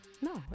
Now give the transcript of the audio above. No